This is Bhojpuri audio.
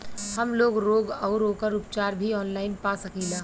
हमलोग रोग अउर ओकर उपचार भी ऑनलाइन पा सकीला?